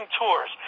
tours